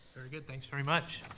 very good, thanks very much.